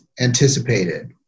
anticipated